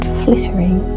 flittering